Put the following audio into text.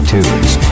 Tunes